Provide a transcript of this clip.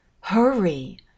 Hurry